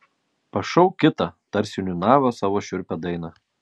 pašauk kitą tarsi niūniavo savo šiurpią dainą